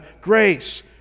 grace